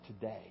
today